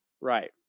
Right